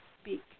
speak